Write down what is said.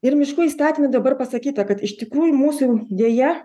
ir miškų įstatyme dabar pasakyta kad iš tikrųjų mūsų deja